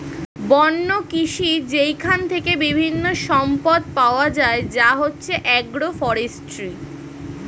বন্য কৃষি যেইখান থেকে বিভিন্ন সম্পদ পাওয়া যায় যা হচ্ছে এগ্রো ফরেষ্ট্রী